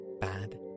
bad